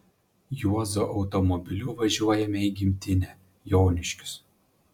juozo automobiliu važiuojame į gimtinę joniškius